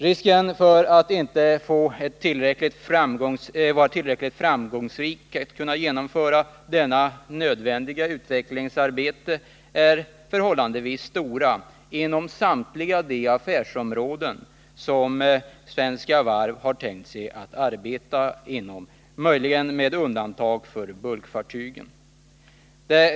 Riskerna för att inte tillräckligt framgångsrikt kunna genomföra detta nödvändiga utvecklingsarbete är förhållandevis stora inom samtliga affärsområden som Svenska Varv har tänkt sig att arbeta inom, möjligen med undantag för bulkfartygen.